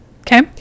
Okay